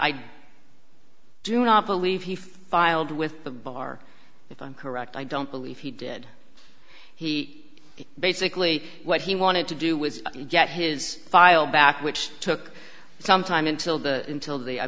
i do not believe he filed with the bar if i'm correct i don't believe he did he basically what he wanted to do was get his file back which took some time until the until the i